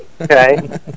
Okay